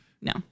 No